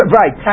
right